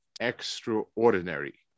extraordinary